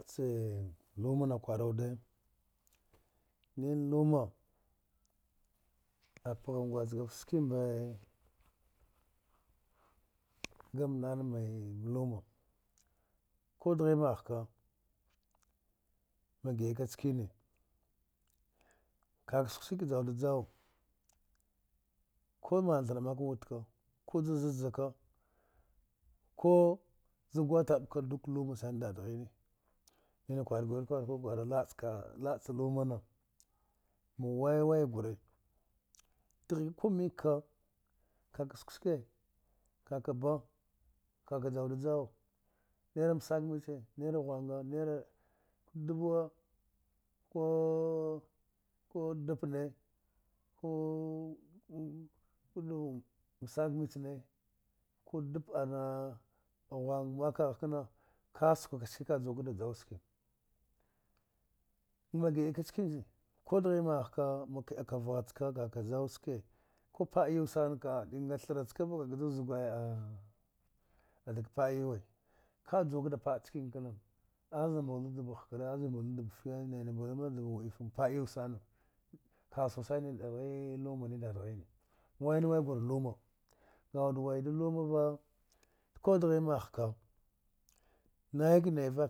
Sai luma na kwara wude, ni ne luma, a paham gwazkafte ski mba gma nam ma luma, ku dighe ma haka ma gda ka nickene, ka skwa ski ka judu juwa, ko mna thire mka wude ka ku za za ka, ku za gwataba ka duk luma sana dadhine nine kwara gwre kwara daba ce luma na, ma waya waya gwre, deghin da komka ka, ka skwa ski, ka ba ka juwda juwa naira ska mbici naira ghwaa, dubawa ku dcine, ku skam bicine ko dpi an ghwga mka kaha kena ka skwa ka ski ka juwa ski ma gda ka cnikene, ko deghe maha ka ma kda ka vagha ka ke jur ski, ku pda yuwe sana ka daga thire ce, ka zaka dga pda yuwe, ka juwa pda nickene ka, azani mbulda dubu hakra, azani mbulda dubu fdai, nana mbulda dubu uwdite ma pda muwe sana, kasuwa san luma ne dadghine wayne wayne a gwre luma, a wude lumava ko deghin maha ka nay nay vka